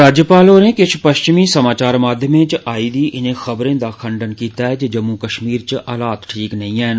राज्यपाल होरें किश पश्चिमी समाचार माध्यमें च आई दी इनें खबरें दा खंडन कीता ऐ जे जम्मू कश्मीर च हालात ठीक नेई ऐन